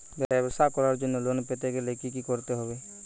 ব্যবসা করার জন্য লোন পেতে গেলে কি কি করতে হবে?